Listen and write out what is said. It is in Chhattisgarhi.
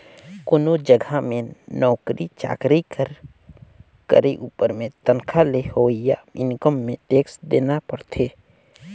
कोनो जगहा में नउकरी चाकरी कर करे उपर में तनखा ले होवइया इनकम में टेक्स देना परथे